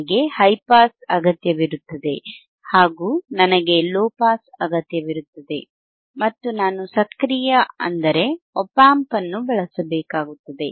ನನಗೆ high pass ಅಗತ್ಯವಿರುತ್ತದೆ ಹಾಗು ನನಗೆ ಲೊ ಪಾಸ್ ಅಗತ್ಯವಿರುತ್ತದೆ ಮತ್ತು ನಾನು ಸಕ್ರಿಯ ಅಂದರೆ ಆಪ್ ಆಂಪ್ ಅನ್ನು ಬಳಸಬೇಕಾಗುತ್ತದೆ